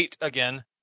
again